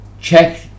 check